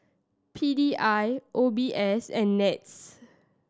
P D I O B S and NETS